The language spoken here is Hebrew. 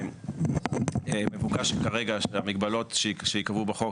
מבוקש כרגע שהמגבלות שנקבעו בחוק,